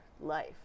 life